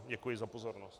Děkuji za pozornost.